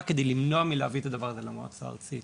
כדי למנוע מלהביא את הדבר הזה למועצה הארצית